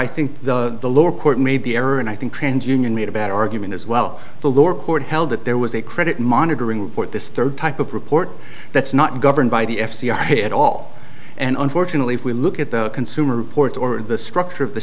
i think the the lower court made the error and i think trans union made a bad argument as well the lower court held that there was a credit monitoring report this third type of report that's not governed by the f c r a at all and unfortunately if we look at the consumer reports or the structure of the